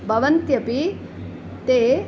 भवन्त्यपि ते